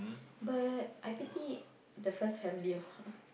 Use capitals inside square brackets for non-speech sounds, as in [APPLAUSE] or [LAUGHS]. but I pity the first family ah [LAUGHS]